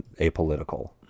apolitical